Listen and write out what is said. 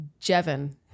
Jevin